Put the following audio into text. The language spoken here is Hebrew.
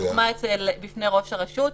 לדוגמה בפני ראש הרשות.